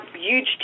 huge